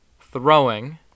Throwing